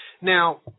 Now